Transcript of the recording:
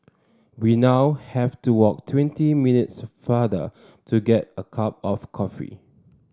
we now have to walk twenty minutes farther to get a cup of coffee